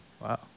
Wow